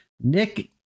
Nick